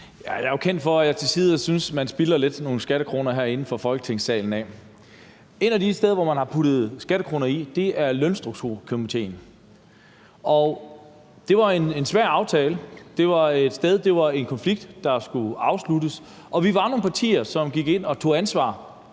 man herinde fra Folketingssalen spilder nogle skattekroner, og et af de steder, som man har puttet skattekroner i, er Lønstrukturkomitéen, og det var en svær aftale. Det var en konflikt, der skulle afsluttes, og vi var nogle partier, som gik ind og tog ansvar